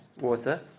water